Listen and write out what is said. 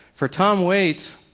for tom waits,